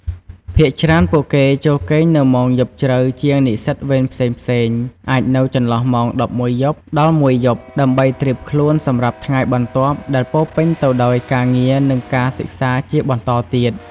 ភាគច្រើនពួកគេចូលគេងនៅម៉ោងយប់ជ្រៅជាងនិស្សិតវេនផ្សេងៗ អាចនៅចន្លោះម៉ោង ១១ យប់ ដល់ ១ យប់ ដើម្បីត្រៀមខ្លួនសម្រាប់ថ្ងៃបន្ទាប់ដែលពោរពេញទៅដោយការងារ និងការសិក្សាជាបន្តទៀត។